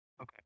Okay